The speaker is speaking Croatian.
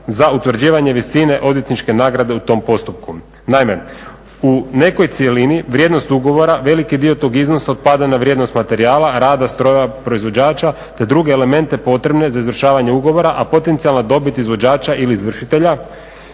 za utvrđivanje visine odvjetničke nagrade u tom postupku. Naime, u nekoj cjelini vrijednost ugovora, veliki dio tog iznosa otpada na vrijednost materijala, rada strojeva proizvođača te druge elemente potrebe za izvršavanje ugovora, a potencijalna dobit izvođača ili izvršitelja